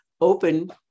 open